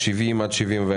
עד שלא יעמדו בהחלטת